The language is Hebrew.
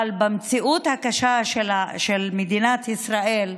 אבל, במציאות הקשה של מדינת ישראל,